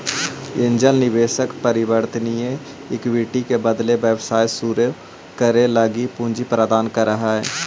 angel निवेशक परिवर्तनीय equity के बदले व्यवसाय शुरू करे लगी पूंजी प्रदान करऽ हइ